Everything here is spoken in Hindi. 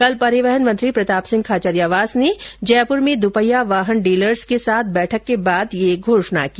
कल परिवहन मंत्री प्रताप सिंह खाचरियावास ने जयपुर में दुपहिया वाहन डीलर्स के साथ बैठक के बाद ये घोषणा की